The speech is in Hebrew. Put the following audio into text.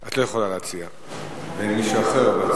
את לא יכולה להציע, ואין מישהו אחר.